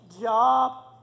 job